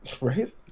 Right